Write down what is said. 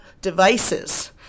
devices